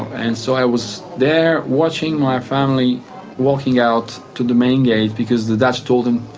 and so i was there watching my family walking out to the main gate, because the dutch told them,